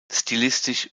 stilistisch